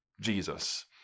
Jesus